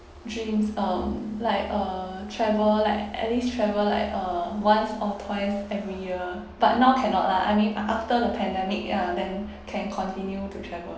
dreams um like uh travel like at least travel like uh once or twice every year but now cannot lah I mean after the pandemic ya then can continue to travel